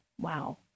wow